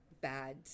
bad